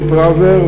אודי פראוור,